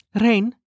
Rain